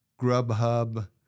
Grubhub